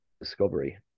discovery